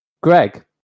Greg